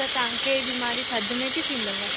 त तव्हांखे बीमारी थदि में थी थींदव